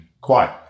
quiet